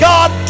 God